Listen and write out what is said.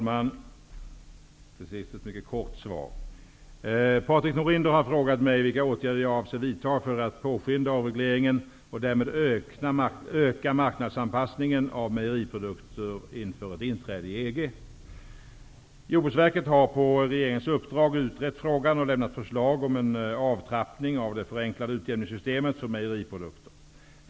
Fru talman! Patrik Norinder har frågat mig vilka åtgärder jag avser att vidta för att påskynda avregleringen och därmed öka marknadsanpassningen av mejeriprodukter inför ett inträde i EG. Jordbruksverket har på regeringens uppdrag utrett frågan och lämnat förslag om en avtrappning av det förenklade utjämningssystemet för mejeriprodukter.